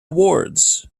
awards